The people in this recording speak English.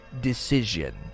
decision